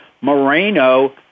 Moreno